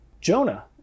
Jonah